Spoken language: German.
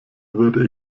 würde